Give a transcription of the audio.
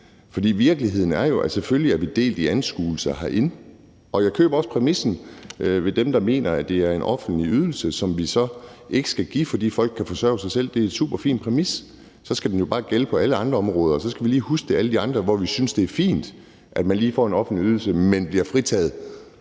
virkeligheden er jo, at vi selvfølgelig er delt i anskuelser herinde, og jeg køber også præmissen hos dem, der mener, at det er en offentlig ydelse, som vi så ikke skal give, fordi folk kan forsørge sig selv. Det er en superfin præmis. Den skal jo så bare gælde på alle andre områder; så skal vi lige huske det alle de andre steder, hvor vi synes det er fint, at man lige får en offentlig ydelse, men bliver fritaget